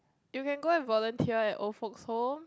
you can go and volunteer at old folks' home